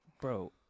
Bro